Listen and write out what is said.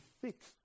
fix